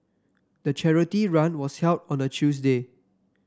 the charity run was held on a Tuesday